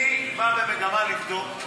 אני בא במגמה לבדוק,